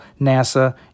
NASA